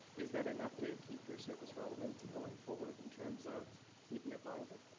is that enough to keep your service relevant going forward, in terms of keeping it viable?